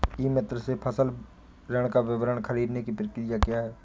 ई मित्र से फसल ऋण का विवरण ख़रीदने की प्रक्रिया क्या है?